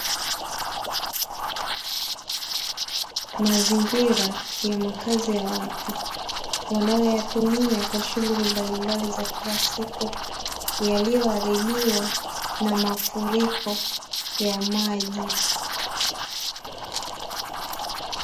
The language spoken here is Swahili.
Mazingira ya makazi ya watu wanaoyatumia kwa shughuli mbalimbali za kila siku, yaliyoharibiwa na mafuriko ya maji.